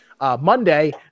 Monday